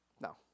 No